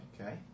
Okay